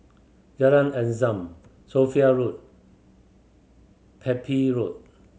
Jalan Azam Sophia Road Pepy Road